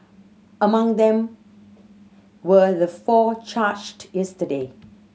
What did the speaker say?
among them were the four charged yesterday